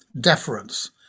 deference